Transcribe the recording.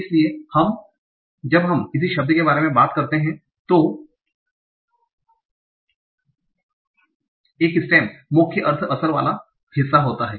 इसलिए जब हम किसी शब्द के बारे में बात करते हैं तो एक स्टेम मुख्य अर्थ असर वाला हिस्सा होता है